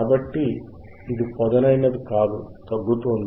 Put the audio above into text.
కాబట్టి ఇది పదునైనది కాదు తగ్గుతోంది